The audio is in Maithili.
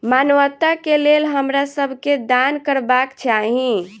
मानवता के लेल हमरा सब के दान करबाक चाही